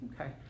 Okay